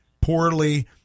poorly